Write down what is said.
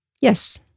Yes